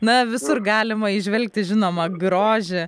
na visur galima įžvelgti žinoma grožį